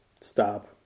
Stop